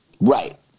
Right